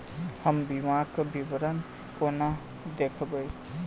हम बीमाक विवरण कोना देखबै?